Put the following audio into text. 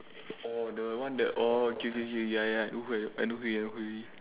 oh the one the oh K K K ya ya I know who I know who already